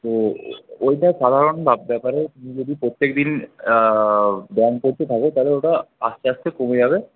তো ওইটা সাধারণ ব্যাপারে যদি প্রত্যেকদিন ব্যায়াম করতে থাক তাহলে ওটা আস্তে আস্তে কমে যাবে